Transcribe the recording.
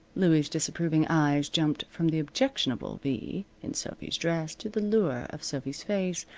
louie's disapproving eyes jumped from the objectionable v in sophy's dress to the lure of sophy's face,